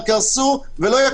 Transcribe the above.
קרסו ולא יקומו.